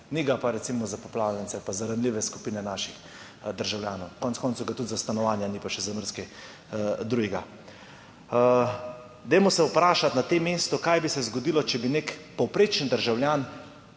ga pa recimo za poplavljence pa za ranljive skupine naših državljanov. Konec koncev ga tudi za stanovanja ni pa še za marsikaj drugega. Dajmo se vprašati na tem mestu kaj bi se zgodilo, če bi nek povprečen državljan